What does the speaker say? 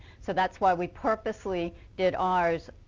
so that's why we purposefully did ours